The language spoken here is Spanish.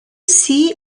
see